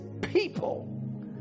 people